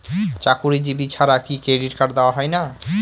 চাকুরীজীবি ছাড়া কি ক্রেডিট কার্ড দেওয়া হয় না?